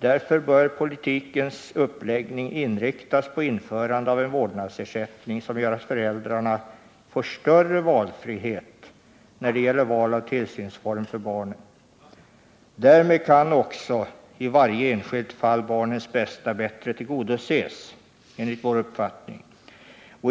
Därför bör politikens uppläggning inriktas på införande av en vårdnadsersättning, som gör att föräldrarna får större valfrihet när det gäller val av tillsynsform för barnen. Därmed kan, enligt vår uppfattning, barnens bästa tillgodoses i varje enskilt fall.